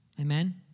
Amen